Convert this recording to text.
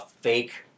fake